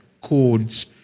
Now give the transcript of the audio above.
codes